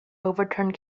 overturned